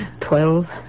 Twelve